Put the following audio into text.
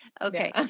Okay